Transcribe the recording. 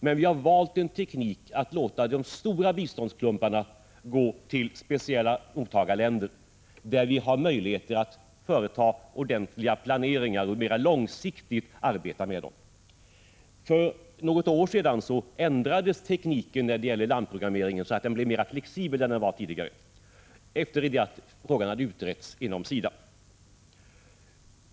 Men vi har valt en teknik som innebär att vi låter de stora biståndsposterna gå till speciella mottagarländer, där vi har möjlighet att företa ordentliga planeringar och att mera långsiktigt arbeta med våra insatser. Efter det att frågan hade utretts inom SIDA ändrades för något år sedan tekniken när det gäller landprogrammeringen så att den blev mer flexibel än tidigare.